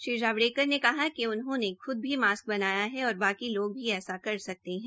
श्री जावड़ेकर ने कहा कि उन्होंने ख्द भी मास्क बनाया है और बाकी लोग भी ऐसा कर सकते है